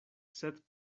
sed